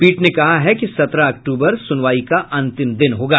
पीठ ने कहा है कि सत्रह अक्टूबर सुनवाई का अंतिम दिन होगा